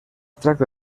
tracta